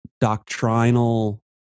doctrinal